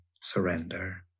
surrender